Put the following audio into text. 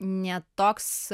ne toks